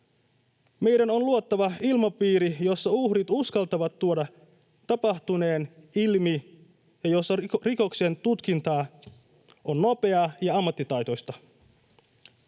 Meidän on luotava ilmapiiri, jossa uhrit uskaltavat tuoda tapahtuneen ilmi ja jossa rikoksen tutkinta on nopeaa ja ammattitaitoista.